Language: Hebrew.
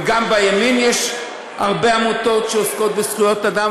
וגם בימין יש הרבה עמותות שעוסקות בזכויות אדם.